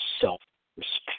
self-respect